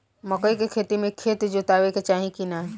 मकई के खेती मे खेत जोतावे के चाही किना?